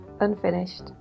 Unfinished